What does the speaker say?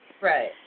Right